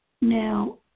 Now